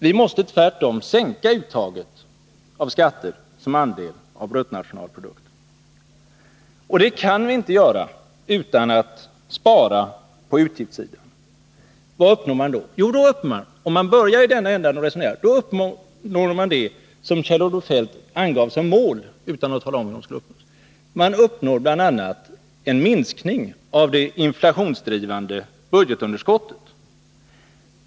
Vi måste tvärtom sänka uttaget av skatter som andel av bruttonationalprodukten. Det kan vi inte göra utan att spara på utgiftssidan. Vad uppnår man då? Jo, om man börjar i den ändan uppnår man bl.a. det som Kjell-Olof Feldt angav som mål, men utan att tala om hur det skulle uppnås, nämligen en minskning av det inflationsdrivande budgetunderskottet.